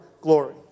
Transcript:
glory